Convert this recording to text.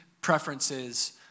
preferences